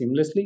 seamlessly